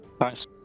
Nice